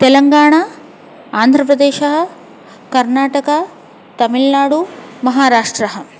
तेलङ्गाणा आन्ध्रप्रदेशः कर्नाटकः तमिल्नाडुः महाराष्ट्रः